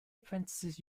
apprentices